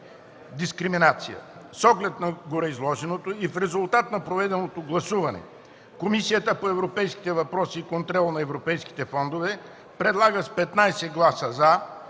дискриминация. С оглед на гореизложеното и в резултат на проведеното гласуване, Комисията по европейските въпроси и контрол на европейските фондове с 15 гласа „за”